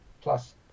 plus